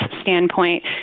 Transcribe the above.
standpoint